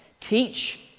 teach